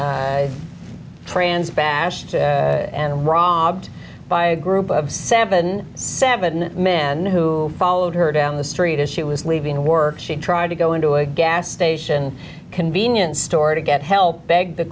trans bashed and robbed by a group of seventy seven men who followed her down the street as she was leaving work she tried to go into a gas station convenience store to get help beg the